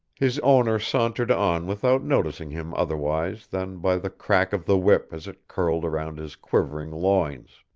his owner sauntered on without noticing him otherwise than by the crack of the whip as it curled round his quivering loins.